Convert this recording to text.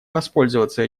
воспользоваться